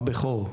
עם הבכור.